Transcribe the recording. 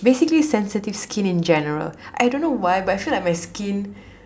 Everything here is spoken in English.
basically sensitive skin in general I don't know why but I feel like my skin